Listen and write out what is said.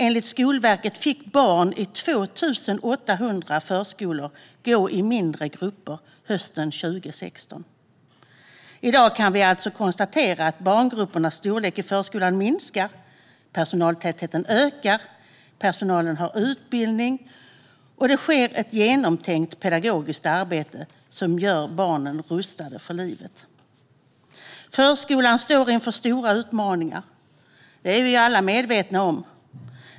Enligt Skolverket fick barn i 2 800 förskolor gå i mindre grupper hösten 2016. I dag kan vi alltså konstatera att barngruppernas storlek i förskolan minskar, att personaltätheten ökar, att personalen har utbildning och att det sker ett genomtänkt pedagogiskt arbete som gör barnen rustade för livet. Förskolan står inför stora utmaningar. Det är vi alla medvetna om.